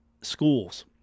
schools